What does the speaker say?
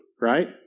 Right